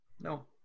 No